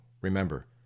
remember